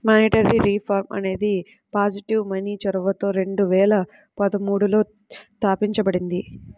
monetary reform అనేది positive money చొరవతో రెండు వేల పదమూడులో తాపించబడింది